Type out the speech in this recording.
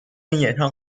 演唱